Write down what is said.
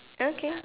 okay